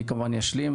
אני כמובן אשלים.